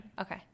Okay